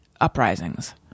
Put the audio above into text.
uprisings